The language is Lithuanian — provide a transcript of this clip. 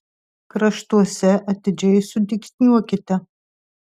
kraštuose atidžiai sudygsniuokite